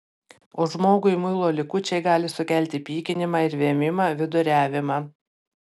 o žmogui muilo likučiai gali sukelti pykinimą ir vėmimą viduriavimą